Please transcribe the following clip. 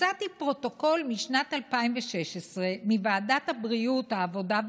מצאתי פרוטוקול משנת 2016 מוועדת העבודה,